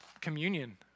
communion